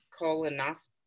colonoscopy